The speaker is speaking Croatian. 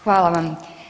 Hvala vam.